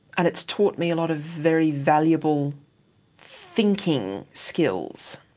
and it's taught me a lot of very valuable thinking skills.